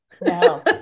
No